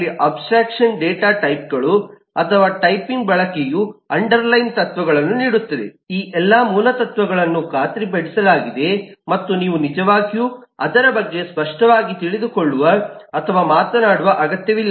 ಅಲ್ಲಿ abstract data type ಗಳು ಅಥವಾ ಟೈಪಿಂಗ್ ಬಳಕೆಯು ಅಂಡರ್ ಲೈನ್ ತತ್ವಗಳನ್ನು ನೀಡುತ್ತದೆ ಈ ಎಲ್ಲಾ ಮೂಲತತ್ವಗಳನ್ನು ಖಾತ್ರಿಪಡಿಸಲಾಗಿದೆ ಮತ್ತು ನೀವು ನಿಜವಾಗಿಯೂ ಅದರ ಬಗ್ಗೆ ಸ್ಪಷ್ಟವಾಗಿ ತಿಳಿದುಕೊಳ್ಳುವ ಅಥವಾ ಮಾತನಾಡುವ ಅಗತ್ಯವಿಲ್ಲ